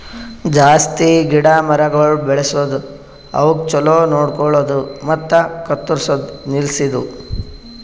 ಜಾಸ್ತಿ ಗಿಡ ಮರಗೊಳ್ ಬೆಳಸದ್, ಅವುಕ್ ಛಲೋ ನೋಡ್ಕೊಳದು ಮತ್ತ ಕತ್ತುರ್ಸದ್ ನಿಲ್ಸದು